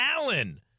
Allen